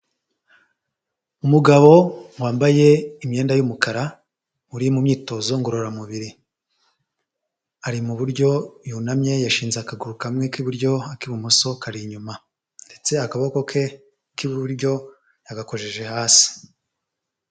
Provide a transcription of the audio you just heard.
Umugabo wambaye imyenda y'umukara, uri mu myitozo ngororamubiri, ari mu buryo yunamye yashinze akaguru kamwe k'iburyo, ak'ibumoso kari inyuma, ndetse akaboko ke k'iburyo yagakojeje hasi.